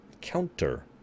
counter